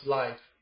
life